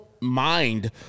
mind